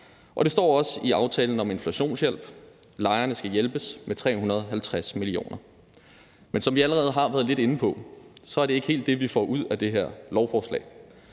Og det står også i aftalen om inflationshjælp – lejerne skal hjælpes med 350 mio. kr. Men som vi allerede har været lidt inde på, er det ikke helt det, vi får ud af det her lovforslag.